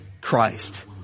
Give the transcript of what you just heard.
Christ